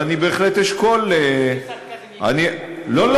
אבל אני בהחלט אשקול ------ בסרקזם --- לא,